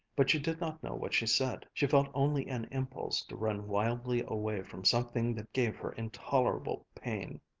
but she did not know what she said. she felt only an impulse to run wildly away from something that gave her intolerable pain.